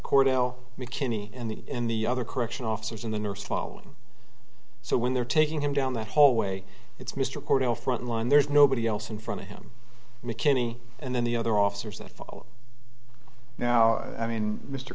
cordell mckinney in the in the other correctional officers and the nurse following so when they're taking him down that hallway it's mr cordell front line there's nobody else in front of him mckinney and then the other officers that follow now i mean mr